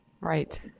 Right